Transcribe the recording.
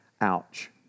Ouch